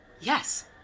Yes